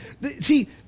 See